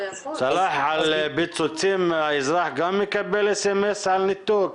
סלאח, על פיצוצים האזרח גם מקבל SMS על ניתוק?